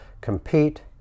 compete